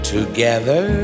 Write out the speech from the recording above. Together